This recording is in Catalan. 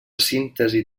síntesi